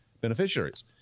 beneficiaries